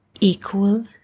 equal